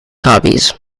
copies